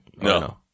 No